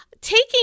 taking